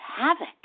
havoc